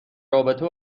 رابطه